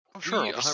Sure